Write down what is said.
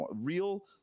Real